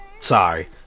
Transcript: sorry